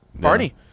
Party